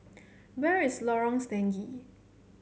where is Lorong Stangee